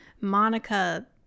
monica